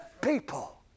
people